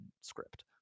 script